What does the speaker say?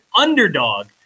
underdog